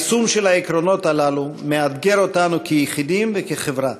היישום של העקרונות הללו מאתגר אותנו כיחידים וכחברה,